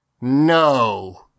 No